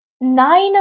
nine